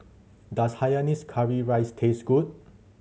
does hainanese curry rice taste good